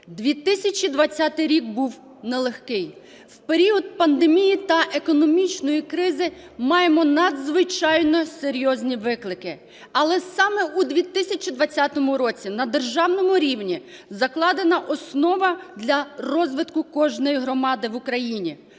2020 рік був нелегкий. В період пандемії та економічної кризи маємо надзвичайно серйозні виклики. Але саме у 2020 році на державному рівні закладена основа для розвитку кожної громади в Україні: